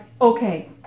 okay